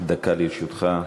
דקה לרשותך.